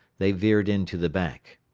they veered in to the bank.